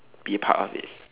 be part of it